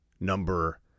number